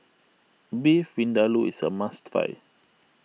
Beef Vindaloo is a must try